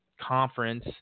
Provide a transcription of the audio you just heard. conference